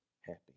happy